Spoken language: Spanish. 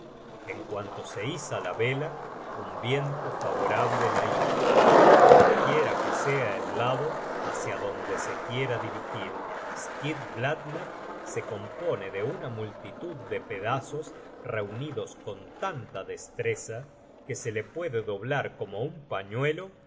en cuanto se iza la vela un viento favorable la hincha cualquiera que sea el lado hácia donde se quiera dirigir skidbladner se compone de una multitud de pedazos reunidos con tanta destreza que se le puede doblar como un pañuelo